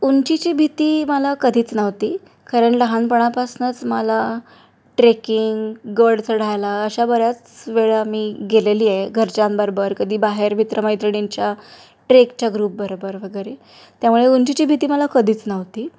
उंचीची भीती मला कधीच नव्हती कारण लहानपणापासूनच मला ट्रेकिंग गड चढायला अशा बऱ्याच वेळा मी गेलेली आहे घरच्यांबरोबर कधी बाहेर मित्रमैत्रिणींच्या ट्रेकच्या ग्रुपबरोबर वगैरे त्यामुळे उंचीची भीती मला कधीच नव्हती